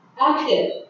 active